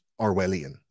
Orwellian